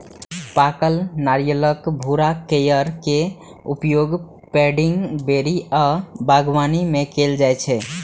पाकल नारियलक भूरा कॉयर के उपयोग पैडिंग, बोरी आ बागवानी मे कैल जाइ छै